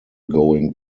going